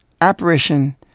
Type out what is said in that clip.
apparition